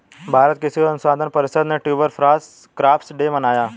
भारतीय कृषि अनुसंधान परिषद ने ट्यूबर क्रॉप्स डे मनाया